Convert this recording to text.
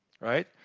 right